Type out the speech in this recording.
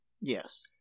Yes